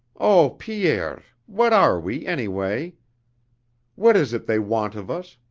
oh, pierre! what are we, anyway. what is it they want of us.